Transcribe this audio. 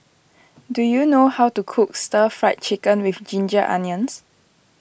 do you know how to cook Stir Fried Chicken with Ginger Onions